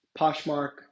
Poshmark